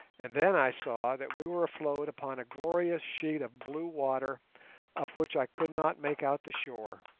and then i saw that we were afloat upon a glorious sheet of blue water of which i could not make out the shore.